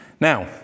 now